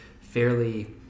fairly